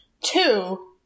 two